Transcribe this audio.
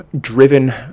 driven